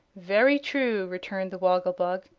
very true, returned the woggle-bug,